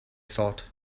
thought